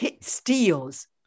steals